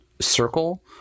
circle